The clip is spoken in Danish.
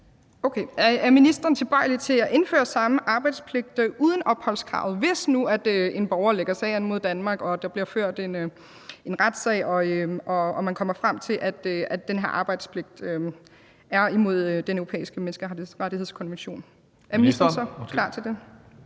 Er ministeren tilbøjelig til at indføre samme arbejdspligt uden opholdskravet, hvis nu en borger lægger sag an mod Danmark og der bliver ført en retssag, hvor man kommer frem til, at den her arbejdspligt strider imod Den Europæiske Menneskerettighedskonvention? Er ministeren så klar til det?